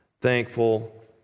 thankful